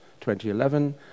2011